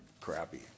crappy